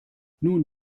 nun